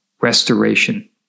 restoration